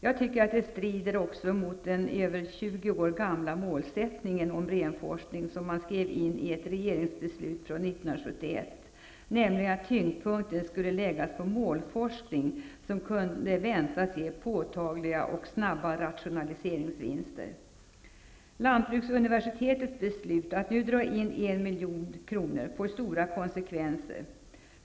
Jag tycker att detta strider även mot den över 20 år gamla målsättning om renforskning som skrevs in i ett regeringsbeslut 1971, nämligen att tyngdpunkten skulle läggas på målforskning som kunde väntas ge påtagliga och snabba rationaliseringsvinster. får stora konsekvenser.